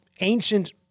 ancient